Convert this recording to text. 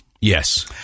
Yes